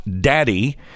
daddy